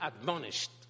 admonished